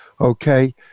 okay